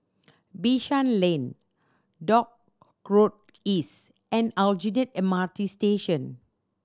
Bishan Lane Dock Road East and Aljunied M R T Station